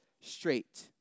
straight